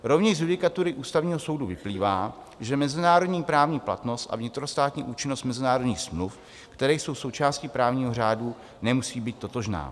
Rovněž z judikatury Ústavního soudu vyplývá, že mezinárodní právní platnost a vnitrostátní účinnost mezinárodních smluv, které jsou součástí právního řádu, nemusí být totožná.